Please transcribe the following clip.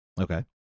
Okay